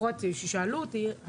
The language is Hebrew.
לפחות כששאלו אותי,